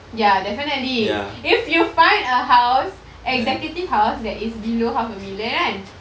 ya definitely if you find a house executive house that is below half a million kan